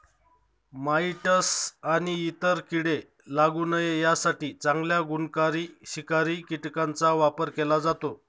mites आणि इतर कीडे लागू नये यासाठी चांगल्या गुणकारी शिकारी कीटकांचा वापर केला जातो